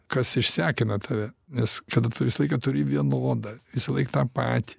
kas išsekina tave nes kada tu visą laiką turi vienodą visąlaik tą patį